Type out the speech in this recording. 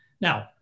Now